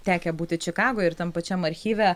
tekę būti čikagoj ir tam pačiam archyve